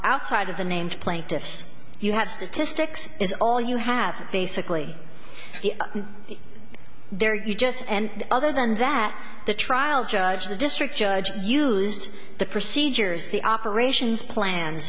outside of the named plaintiffs you have statistics is all you have basically there you just and other than that the trial judge the district judge used the procedures the operations plan